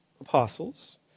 apostles